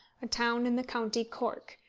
a town in the county cork,